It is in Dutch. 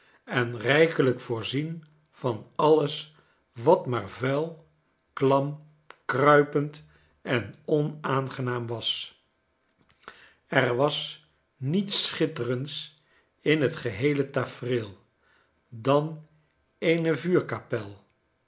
enrijkelijk voorzien van alles wat maar vuil klam kruipend en onaangenaam was er was niets schitterends in het geheele tafereel dan eene